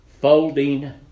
folding